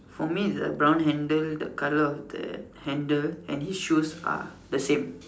for me it's the brown handle the colour of the handle and his shoes are the same